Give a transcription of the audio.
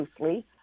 loosely